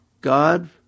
God